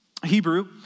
Hebrew